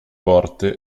porte